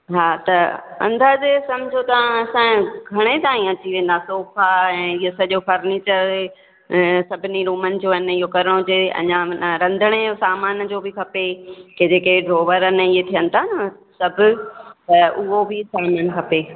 हा त अंदाज़े समुझो तव्हां असांजो घणे ताईं अची वेंदा सोफा ऐं इहो सॼो फर्निचर ऐं सभिनी रूमनि जो अने इहो करिणो हुजे अञा माना रंधणे जो सामान जो बि खपे के जेके ड्रॉवर अन इहे थियनि था न सभु त उहो बि सामानु खपे